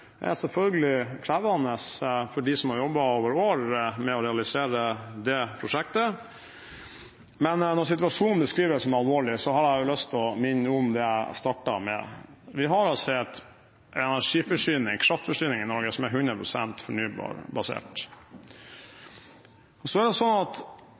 Det er selvfølgelig krevende for dem som har jobbet over år med å realisere det prosjektet, men når situasjonen beskrives som alvorlig, har jeg lyst til å minne om det jeg startet med: Vi har en kraftforsyning i Norge som er 100 pst. fornybarbasert. Det er slik at den forrige regjeringen la fram for Stortinget et mål om 67,5 pst. fornybar